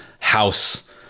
house